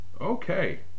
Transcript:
okay